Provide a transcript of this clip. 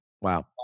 Wow